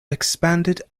expanded